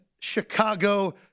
Chicago